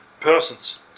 persons